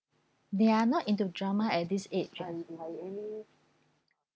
they are not into drama at this age